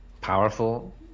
powerful